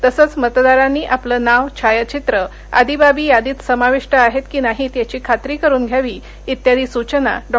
तसंच मतदारांनी आपलं नाव छायाचित्र आदी बाबी यादीत समाविष्ट आहेत की नाहीत याची खात्री करून घ्यावी इत्यादी सुचना डॉ